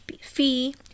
fee